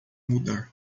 mudar